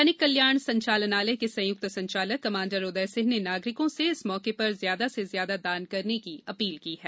सैनिक कल्याण संचालनालय के संयुक्त संचालक कमांडर उदय सिंह ने नागरिकों से इस मौके पर ज्यादा से ज्यादा दान करने की अपील की है